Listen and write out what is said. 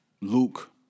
Luke